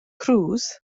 cruise